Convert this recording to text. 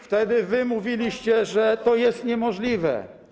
Wtedy wy mówiliście, że to jest niemożliwe.